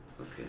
Okay